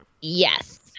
Yes